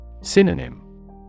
Synonym